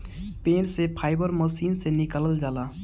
पेड़ से fibre machine से निकालल जाला